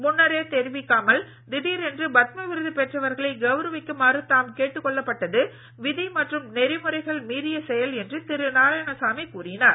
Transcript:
முன்னரே தெரிவிக்காமல் திடீரென பத்ம விருது பெற்றவர்களை கௌரவிக்குமாறு தாம் கேட்டுக் கொள்ளப்பட்டது விதி மற்றும் நெறிமுறைகளை மீறிய செயல் என திரு நாராயணசாமி கூறினார்